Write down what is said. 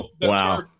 wow